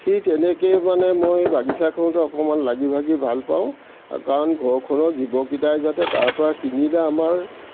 সেই তেনেকে মানে মই বাগিচাখনতে অকণমান লাগি ভাগি ভাল পাওঁ কাৰণ ঘৰখনৰ জীৱকেইটাই যাতে তাৰ পৰা কিনিলে আমাৰ